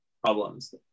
problems